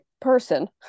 person